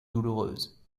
douloureuse